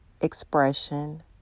expression